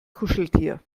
kuscheltier